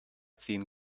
ziehen